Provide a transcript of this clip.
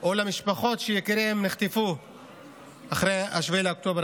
או למשפחות שיקיריהן נחטפו אחרי 7 באוקטובר,